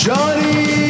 Johnny